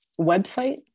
website